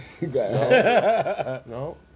No